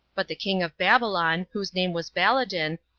but the king of babylon, whose name was baladan,